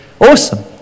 Awesome